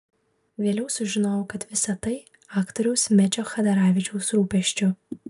vėliau sužinojau kad visa tai aktoriaus mečio chadaravičiaus rūpesčiu